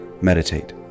meditate